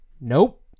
Nope